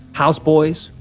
house boys,